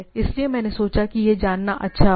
इसलिए मैंने सोचा कि यह जानना अच्छा होगा